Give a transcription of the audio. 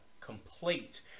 complete